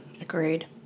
agreed